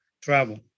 travel